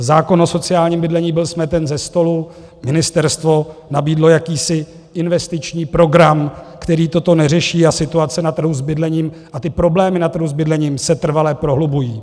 Zákon o sociálním bydlení byl smeten ze stolu, ministerstvo nabídlo jakýsi investiční program, který toto neřeší a situace na trhu s bydlením a problémy na trhu s bydlením se trvale prohlubují.